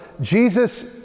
Jesus